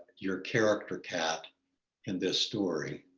your character cat in this story?